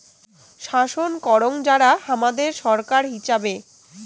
শাসন করাং যারা হামাদের ছরকার হিচাবে